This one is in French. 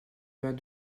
vingt